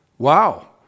Wow